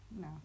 no